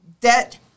debt